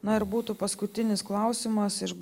na ir būtų paskutinis klausimas iš